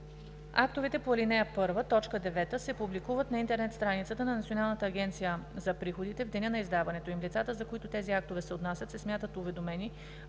Актовете по ал. 1, т. 9 се публикуват на интернет страницата на Националната агенция за приходите в деня на издаването им. Лицата, за които тези актове се отнасят, се смятат уведомени